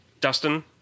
Dustin